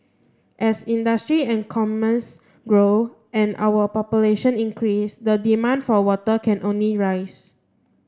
as industry and commerce grow and our population increases the demand for water can only rise